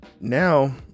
Now